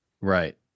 Right